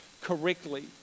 correctly